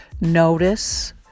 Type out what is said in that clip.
notice